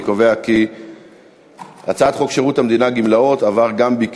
אני קובע כי הצעת חוק שירות המדינה (גמלאות) (תיקון